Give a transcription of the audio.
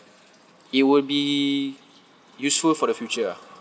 it will be useful for the future ah